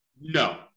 No